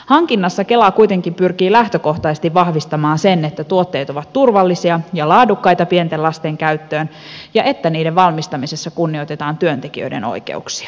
hankinnassa kela kuitenkin pyrkii lähtökohtaisesti vahvistamaan sen että tuotteet ovat turvallisia ja laadukkaita pienten lasten käyttöön ja että niiden valmistamisessa kunnioitetaan työntekijöiden oikeuksia